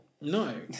No